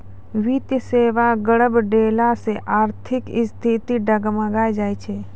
वित्तीय सेबा गड़बड़ैला से आर्थिक स्थिति डगमगाय जाय छै